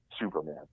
Superman